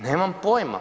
Nemam pojma.